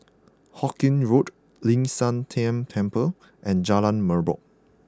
Hawkinge Road Ling San Teng Temple and Jalan Merbok